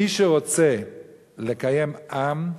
מי שרוצה לקיים עם,